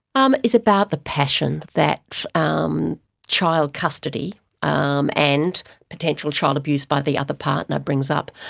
um it's about the passion that um child custody um and potential child abuse by the other partner brings up.